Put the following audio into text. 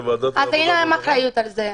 אין להם אחריות על זה.